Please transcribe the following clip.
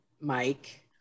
Mike